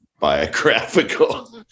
biographical